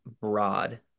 broad